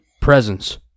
presence